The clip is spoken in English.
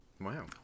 Wow